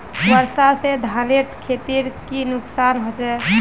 वर्षा से धानेर खेतीर की नुकसान होचे?